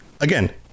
again